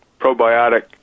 Probiotic